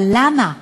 אבל למה,